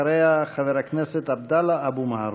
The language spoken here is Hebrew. אחריה, חבר הכנסת עבדאללה אבו מערוף.